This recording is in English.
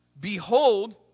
Behold